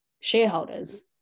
shareholders